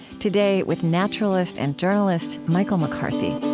today, with naturalist and journalist michael mccarthy